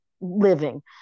living